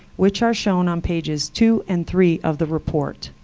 which are shown on pages two and three of the report.